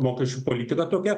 mokesčių politika tokia